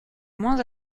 moins